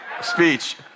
speech